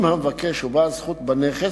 אם המבקש הוא בעל זכות בנכס,